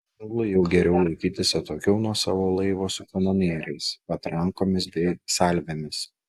anglui jau geriau laikytis atokiau nuo savo laivo su kanonieriais patrankomis bei salvėmis